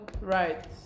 right